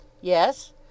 Yes